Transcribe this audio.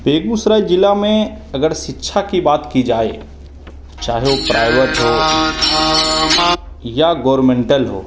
बेगूसराय ज़िला में अगर शिक्षा की बात की जाए चाहे वो प्राइवेट हो या गोवर्मेंटल हो